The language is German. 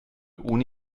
ohne